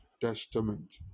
testament